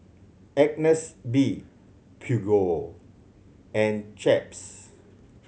Agnes B Peugeot and Chaps